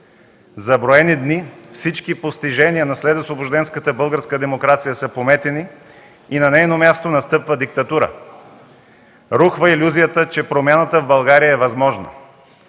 За броени дни всички постижения на следосвобожденската българска демокрация са пометени и на нейно място настъпва диктатура. Рухва илюзията, че промяната в България е възможна